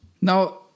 Now